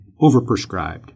overprescribed